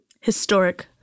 Historic